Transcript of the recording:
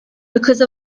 because